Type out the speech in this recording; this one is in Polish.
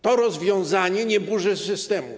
To rozwiązanie nie burzy systemu.